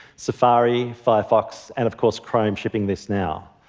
safari, firefox, and of course, chrome, shipping this now.